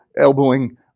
elbowing